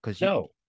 No